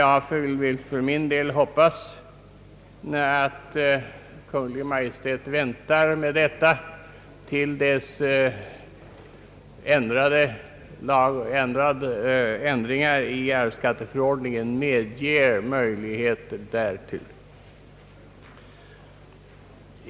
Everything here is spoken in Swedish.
Jag vill för min del hoppas att Kungl. Maj:t väntar med ett avgörande till dess ändringar i arvsskatteförordningen ger möjlighet till befrielse.